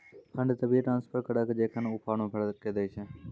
fund तभिये transfer करऽ जेखन ऊ फॉर्म भरऽ के दै छै